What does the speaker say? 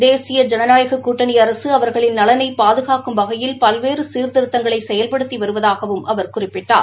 தேசிய ஜனநாயகக் கூட்டணி அரசு அவர்களின் நலனை பாதுகாக்கும் வகையில் பல்வேறு சீர்திருத்தங்களை செயல்படுத்தி வருவதாகவும் அவர் குறிப்பிட்டார்